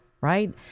right